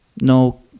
No